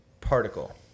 particle